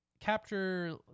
capture